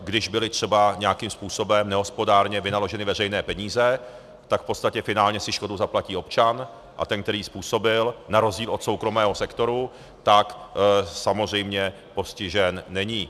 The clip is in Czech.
Když byly třeba nějakým způsobem nehospodárně vynaloženy veřejné peníze, tak v podstatě finálně si škodu zaplatí občan a ten, který ji způsobil, na rozdíl od soukromého sektoru, tak samozřejmě postižen není.